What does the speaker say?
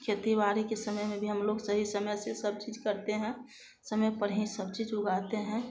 खेती बाड़ी के समय में भी हम लोग सही समय से सब चीज करते हैं समय पर ही सब चीज उगाते हैं